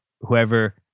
whoever